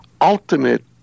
ultimate